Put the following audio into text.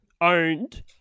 owned